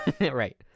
right